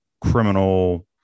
criminal